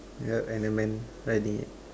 yup and a man hiding it